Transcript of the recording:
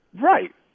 Right